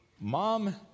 Mom